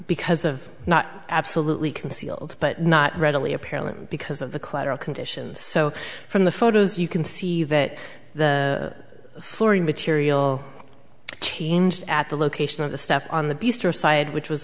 because of not absolutely concealed but not readily apparent because of the collateral conditions so from the photos you can see that the flooring material changed at the location of the step on the booster side which was